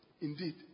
Indeed